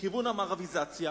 מכיוון המערביזציה